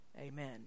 Amen